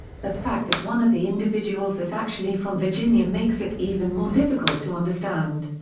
the fact that one of the individuals is actually from virginia makes it even more difficult to understand.